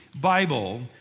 Bible